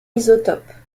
isotopes